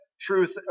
truth